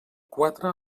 quatre